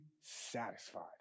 satisfied